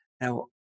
Now